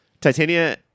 Titania